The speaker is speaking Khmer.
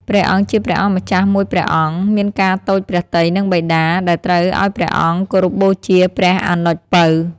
ព្រះអង្គ ជាព្រះអង្គម្ចាស់មួយព្រះអង្គ មានការតូចព្រះទ័យនឹងបិតា ដែលត្រូវឲ្យព្រះអង្គគោរពបូជាព្រះអនុជពៅ។